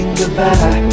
goodbye